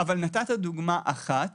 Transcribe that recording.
אבל נתת דוגמה אחת